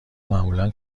معمولا